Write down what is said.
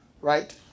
right